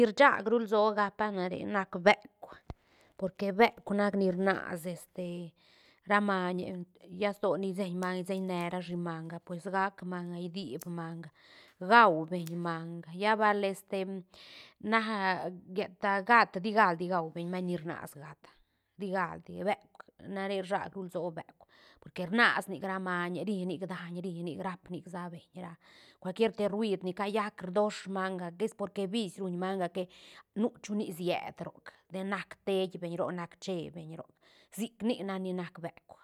Ni sag ru lsoa gappa na re nac beuk porque beuk nac ni rnas este ra maiñe lla sto ni rseñ manga señnerashi manga pues gac manga yi dip manga guabeñ manga lla bal este na a lleta gat tigaldi gaubeñ maiñ ni rnasa gat ti galdi beuk na re sag ru lsoa beuk porque rnas nic ra mañe ri nic daañ ri nic raap nic sa beñ ra cualquier te ruid ni cayac rdosh manga es porque vis ruñ manga que nu chunic siet roc ten nac tebeñ roc nac che beñ roc sic nic nac ni nac beuk.